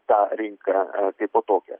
tą rinką kai po tokią